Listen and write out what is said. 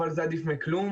אבל זה עדיף מכלום.